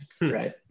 Right